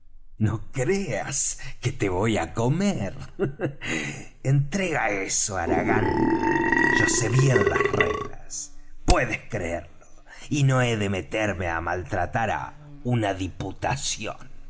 no creas que te voy á comer entrega eso haragán yo sé bien las reglas puedes creerlo y no he de meterme á maltratar á una diputación